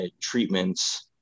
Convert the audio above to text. treatments